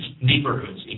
neighborhoods